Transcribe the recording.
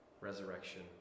resurrection